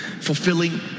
fulfilling